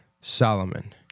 Solomon